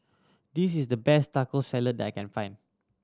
this is the best Taco Salad I can find